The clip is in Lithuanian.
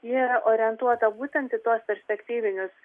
ji yra orientuota būtent tuos perspektyvinius